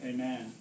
Amen